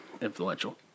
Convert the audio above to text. influential